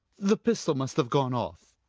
the pistol must have gone off.